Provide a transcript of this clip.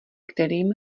kterým